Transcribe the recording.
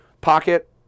pocket